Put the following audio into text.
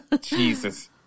Jesus